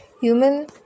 human